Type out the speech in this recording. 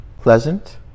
pleasant